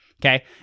Okay